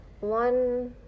one